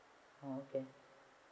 orh okay